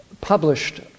published